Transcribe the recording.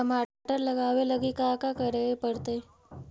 टमाटर लगावे लगी का का करये पड़तै?